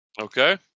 Okay